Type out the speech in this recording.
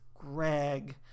Greg